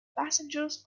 passengers